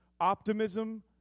Optimism